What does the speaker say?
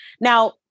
Now